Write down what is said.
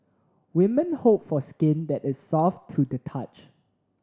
women hope for skin that is soft to the touch